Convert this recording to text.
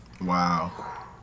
Wow